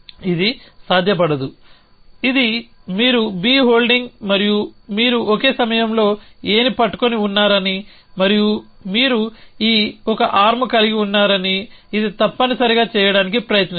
ఇది సాధ్యపడదు ఇది మీరు B హోల్డింగ్ మరియు మీరు ఒకే సమయంలో A ని పట్టుకొని ఉన్నారని మరియు మీరు ఈ ఒకఆర్మ్ కలిగి ఉన్నారని ఇది తప్పనిసరిగా చేయడానికి ప్రయత్నిస్తుంది